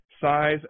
size